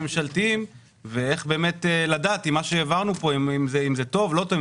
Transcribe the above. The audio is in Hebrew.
הממשלתיים ואיך נדע אם מה שהעברנו פה הוא טוב או לא טוב,